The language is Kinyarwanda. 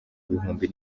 ibihumbi